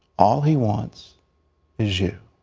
all he wants is you.